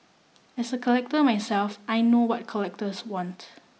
as a collector myself I know what collectors want